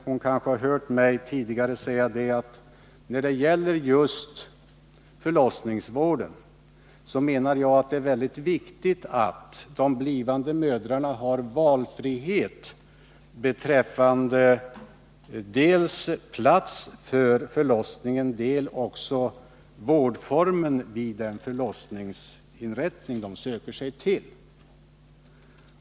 Hon kanske tidigare har hört mig säga att jag när det gäller just förlossningsvården menar att det är utomordentligt viktigt att de blivande mödrarna har valfrihet beträffande dels plats för förlossning, dels vårdformen vid den förlossningsinrättning de söker sig till.